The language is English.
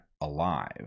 alive